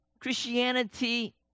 Christianity